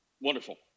Wonderful